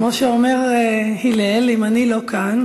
כמו שאומר הלל: אם אני לא כאן,